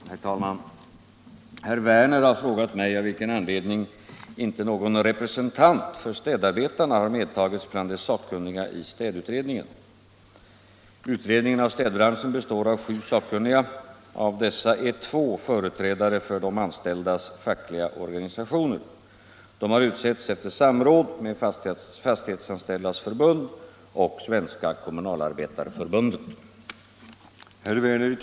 Herr talman! Herr Werner i Tyresö har frågat mig av vilken anledning inte någon representant för städarbetarna har medtagits bland de sakkunniga i städutredningen. Utredningen av städbranschen består av sju sakkunniga. Av dessa är två företrädare för de anställdas fackliga organisationer. De har utsetts efter samråd med Fastighetsanställdas förbund och Svenska kommunalarbetareförbundet.